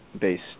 based